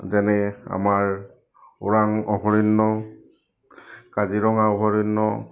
যেনে আমাৰ ওৰাং অভয়াৰণ্য কাজিৰঙা অভয়াৰণ্য